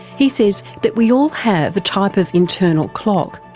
he says that we all have a type of internal clock,